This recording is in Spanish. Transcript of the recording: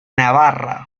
navarra